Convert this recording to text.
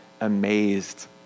amazed